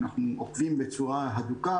ואנחנו עוקבים בצורה הדוקה,